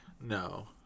No